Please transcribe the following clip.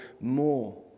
more